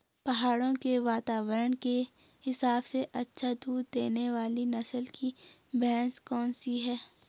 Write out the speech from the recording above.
पहाड़ों के वातावरण के हिसाब से अच्छा दूध देने वाली नस्ल की भैंस कौन सी हैं?